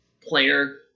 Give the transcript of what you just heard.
player